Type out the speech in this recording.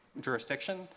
jurisdiction